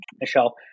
Michelle